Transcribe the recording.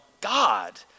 God